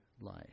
life